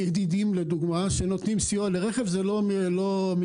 "ידידים" לדוגמה, שנותנים סיוע לרכב זה לא מדינתי.